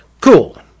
Cool